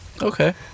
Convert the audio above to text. Okay